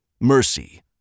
Mercy